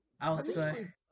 outside